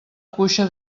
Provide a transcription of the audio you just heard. cuixa